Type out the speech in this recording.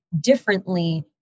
differently